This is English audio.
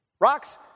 Rocks